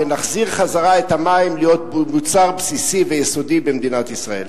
ונחזיר את המים להיות מוצר בסיסי ויסודי במדינת ישראל.